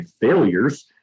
failures